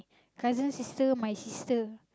cousin's sister my sister